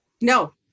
no